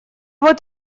вот